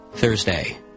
Thursday